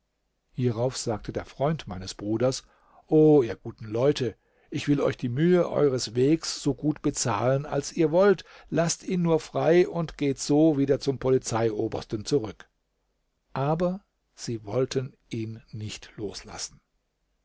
hierauf sagte der freund meines bruders o ihr guten leute ich will euch die mühe eures wegs so gut bezahlen als ihr wollt laßt ihn nur frei und geht so wieder zum polizeiobersten zurück aber sie wollten ihn nicht loslassen